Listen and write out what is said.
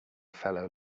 fellow